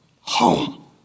Home